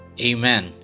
Amen